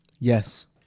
Yes